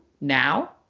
now